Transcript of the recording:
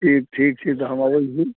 ठीक ठीक छै तऽ हम अबैत छी